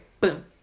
boom